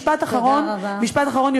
משפט אחרון,